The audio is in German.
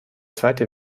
zweite